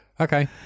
Okay